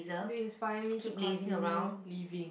they inspire me to continue living